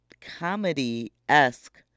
comedy-esque